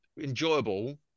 enjoyable